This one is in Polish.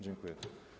Dziękuję.